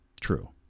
True